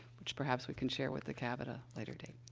which, perhaps, we can share with the cab at a later date.